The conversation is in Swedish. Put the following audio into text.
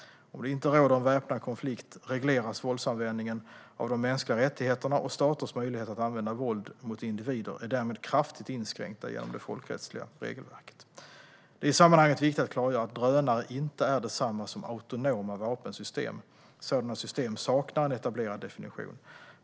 Om det inte råder en väpnad konflikt regleras våldsanvändningen av de mänskliga rättigheterna, och staters möjligheter att använda våld mot individer är därmed kraftigt inskränkta genom det folkrättsliga regelverket. Det är i sammanhanget viktigt att klargöra att drönare inte är detsamma som autonoma vapensystem. Sådana system saknar en etablerad definition.